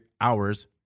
hours